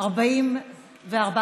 4, לא נתקבלה.